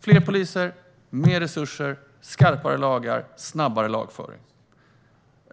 Fler poliser, fler resurser, skarpare lagar, snabbare lagföring!